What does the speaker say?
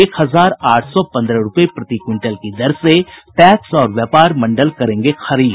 एक हजार आठ सौ पन्द्रह रुपये प्रति क्विंटल की दर से पैक्स और व्यापार मंडल करेंगे खरीद